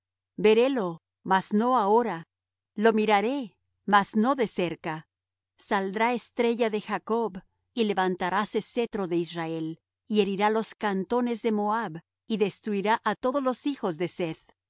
ojos verélo mas no ahora lo miraré mas no de cerca saldrá estrella de jacob y levantaráse cetro de israel y herirá los cantones de moab y destruirá á todos los hijos de seth